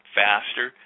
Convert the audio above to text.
faster